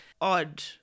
odd